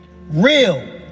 real